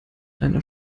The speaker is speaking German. einer